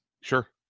Sure